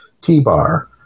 t-bar